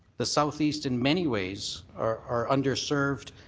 the southeast in many ways are are underserved,